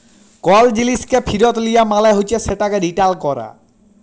call জিলিসকে ফিরত লিয়া মালে হছে সেটকে রিটার্ল ক্যরা